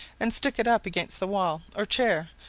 and stick it up against the wall or chair,